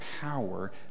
power